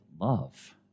love